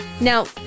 Now